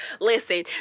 Listen